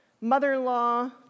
mother-in-law